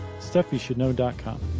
stuffyoushouldknow.com